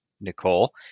Nicole